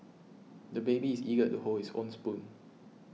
the baby is eager to hold his own spoon